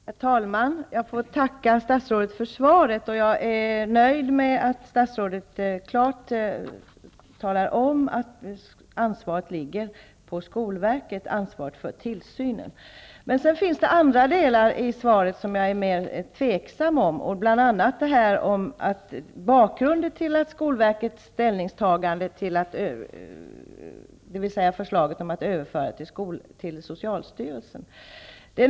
Herr talman! Jag tackar statsrådet för svaret. Jag är nöjd med att statsrådet klart talar om att ansvaret för tillsynen ligger på skolverket. Det finns andra delar avsvaret som jag är mer tveksam till. Det gäller bl.a. bakgrunden till skolverkets ställningstagande om att överföra ansvaret till socialstyrelsen.